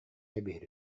кэбиһэр